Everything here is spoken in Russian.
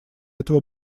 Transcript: этого